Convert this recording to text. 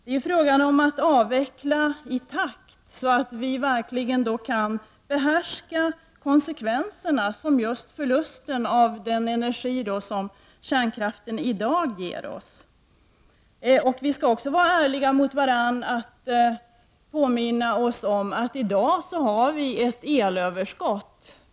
Det är fråga om att avveckla i takt, så att vi verkligen kan behärska de konsekvenser som just förlusten av den energi som kärnkraften i dag ger oss innebär. Vi skall också vara ärliga mot varandra och påminna oss att vi i dag har ett elöverskott.